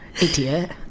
Idiot